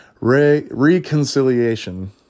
Reconciliation